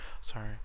sorry